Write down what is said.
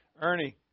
Ernie